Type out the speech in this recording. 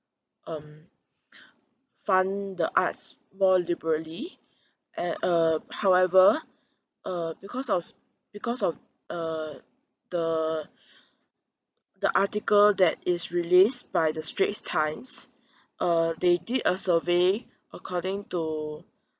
uh fund the arts more liberally a~ uh however uh because of because of uh the the article that is released by the straits times uh they did a survey according to